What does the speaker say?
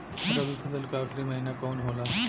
रवि फसल क आखरी महीना कवन होला?